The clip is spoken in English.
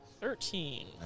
Thirteen